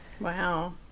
Wow